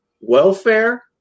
Welfare